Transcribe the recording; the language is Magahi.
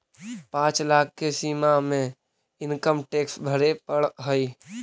पाँच लाख के सीमा में इनकम टैक्स भरे पड़ऽ हई